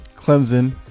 Clemson